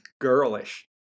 girlish